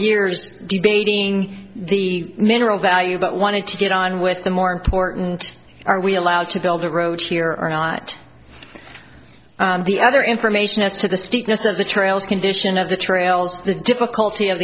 debating the mineral value but wanted to get on with the more important are we allowed to build a road here or not the other information as to the steepness of the trails condition of the trails the difficulty of